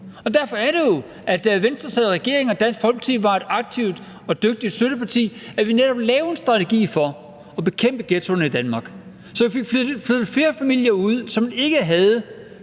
derfor er det jo, at vi, da Venstre sad i regering og Dansk Folkeparti var et aktivt og dygtigt støtteparti, netop lavede en strategi for at bekæmpe ghettoerne i Danmark, så vi fik flyttet flere familier ud, så man ikke havde